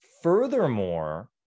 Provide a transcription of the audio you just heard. Furthermore